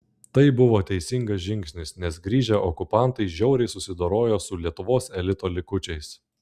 tai buvo teisingas žingsnis nes grįžę okupantai žiauriai susidorojo su lietuvos elito likučiais